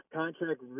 contract